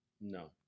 no